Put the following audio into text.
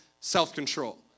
self-control